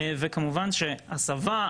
וכמובן שהסבה,